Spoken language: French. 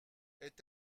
est